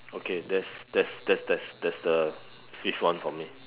okay that's that's that's that's that's the fifth one for me